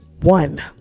one